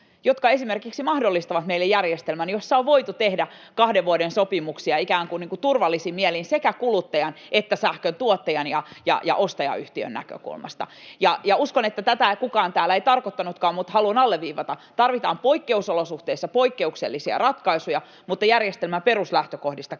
jotka esimerkiksi mahdollistavat meille järjestelmän, jossa on voitu tehdä kahden vuoden sopimuksia niin kuin turvallisin mielin sekä kuluttajan että sähkön tuottajan ja ostajayhtiön näkökulmasta. Uskon, että tätä kukaan täällä ei tarkoittanutkaan, mutta haluan alleviivata: tarvitaan poikkeusolosuhteissa poikkeuksellisia ratkaisuja, mutta järjestelmän peruslähtökohdista kannattaa